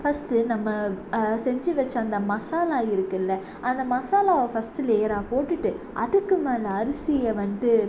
first நம்ம செஞ்சு வச்ச அந்த மசாலா இருக்கில்ல அந்த மசாலாவை ஃபஸ்ட்டு லேயராக போட்டுட்டு அதுக்கு மேலே அரிசியை வந்து